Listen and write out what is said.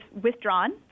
withdrawn